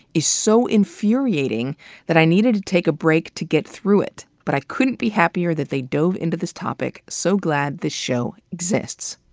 is so infuriating that i needed to take a break to get through it, but i couldn't be happier that they dove into this topic. so glad this show exists.